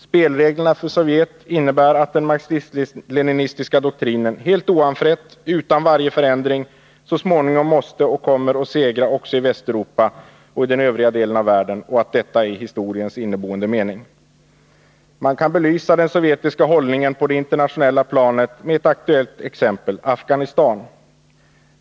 Spelreglerna för Sovjet innebär att den marxist-leninistiska doktrinen helt oanfrätt, utan varje förändring, så småningom måste och kommer att segra också i Västeuropa och i den övriga delen av världen samt att detta är historiens inneboende mening. Man kan belysa den sovjetiska hållningen på det internationella planet med ett aktuellt exempel, Afghanistan.